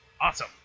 awesome